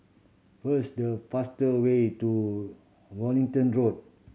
first the faster way to Wellington Road